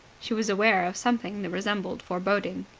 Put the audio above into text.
she was aware of something that resembled foreboding.